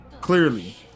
clearly